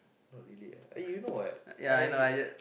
not really ah you know what I